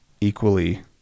equally